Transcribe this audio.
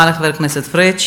תודה רבה לחבר הכנסת פריג'.